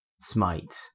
Smite